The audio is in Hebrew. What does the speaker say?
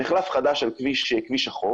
מחלף חדש על כביש החוף,